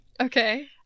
okay